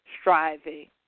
striving